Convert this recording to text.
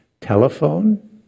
telephone